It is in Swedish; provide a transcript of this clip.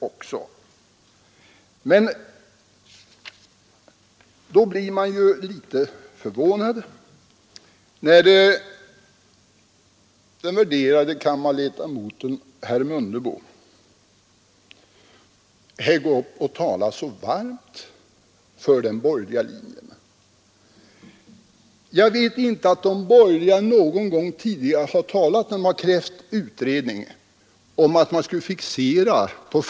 Då blir man litet förvånad när den värderade kammarledamoten herr Mundebo går upp och talar så varmt för den borgerliga linjen. Jag vet inte att de borgerliga någon gång tidigare när de har krävt utredning har talat om att man på förhand skulle fixera datum.